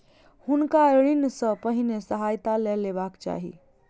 हुनका ऋण सॅ पहिने सहायता लअ लेबाक चाही